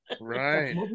Right